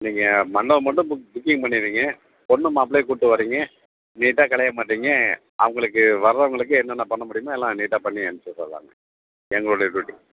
நீங்கள் மண்டபம் மட்டும் புக்கிங் பண்ணிடுவீங்க பொண்ணு மாப்பிளையை கூட்டு வரீங்க நீட்டாக கல்யாணம் பண்ணுறீங்க அவங்களுக்கு வர்றவங்களுக்கு என்னன்னப் பண்ண முடியுமோ எல்லாம் நீட்டாப் பண்ணி அனுப்பிச்சு விட்டர்லாங்க எங்களுடைய டூட்டி